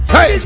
Hey